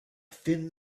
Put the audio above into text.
thin